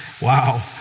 Wow